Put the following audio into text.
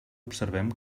observem